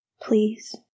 Please